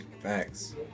thanks